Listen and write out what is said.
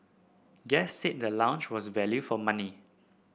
guests said the lounge was value for money